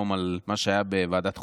על מה שהיה היום בוועדת חוקה,